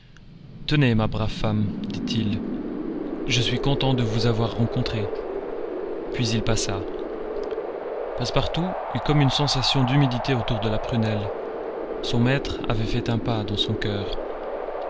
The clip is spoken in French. tenez ma brave femme dit-il je suis content de vous avoir rencontrée puis il passa passepartout eut comme une sensation d'humidité autour de la prunelle son maître avait fait un pas dans son coeur